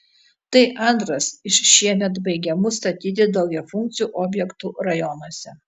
tai antras iš šiemet baigiamų statyti daugiafunkcių objektų rajonuose